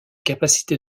capacités